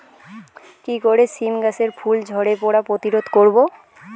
কি করে সীম গাছের ফুল ঝরে পড়া প্রতিরোধ করব?